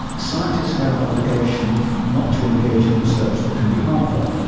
scientists have an obligation not to engage in research that can be harmful.